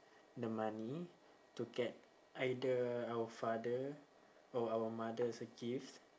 the money to get either our father or our mothers a gift